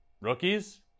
rookies